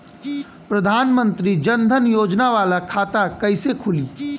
प्रधान मंत्री जन धन योजना वाला खाता कईसे खुली?